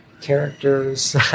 characters